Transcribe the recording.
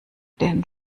den